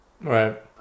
right